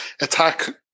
attack